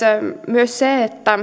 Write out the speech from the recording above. myös se että